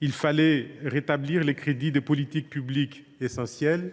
il fallait rétablir les crédits des politiques publiques essentielles,